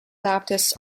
baptists